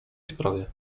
sprawie